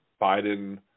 Biden